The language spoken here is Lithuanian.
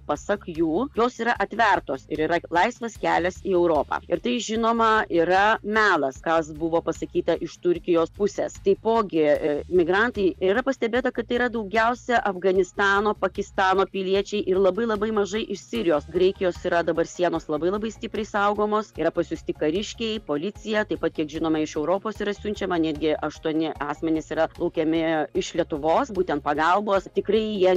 pasak jų jos yra atvertos ir yra laisvas kelias į europą ir tai žinoma yra melas kas buvo pasakyta iš turkijos pusės taipogi migrantai yra pastebėta kad yra daugiausiai afganistano pakistano piliečiai ir labai labai mažai iš sirijos graikijos yra dabar sienos labai labai stipriai saugomos yra pasiųsti kariškiai policija taip pat kiek žinoma iš europos yra siunčiama netgi aštuoni asmenys yra laukiami iš lietuvos būtent pagalbos tikrai jie